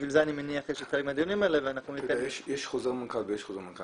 בשביל זה יש את הדיונים האלה --- יש חוזר מנכ"ל ויש חוזר מנכ"ל.